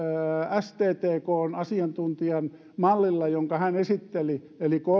sttkn asiantuntijan mallilla jonka hän esitteli eli